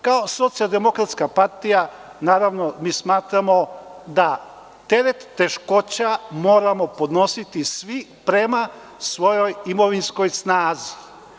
Kao Socijal-demokratska partija mi smatramo da teret teškoća moramo podnositi svi prema svojoj imovinskoj snazi.